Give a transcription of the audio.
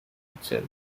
itself